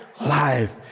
life